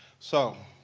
so,